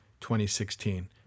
2016